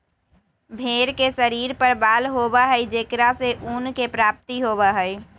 भेंड़ के शरीर पर बाल होबा हई जेकरा से ऊन के प्राप्ति होबा हई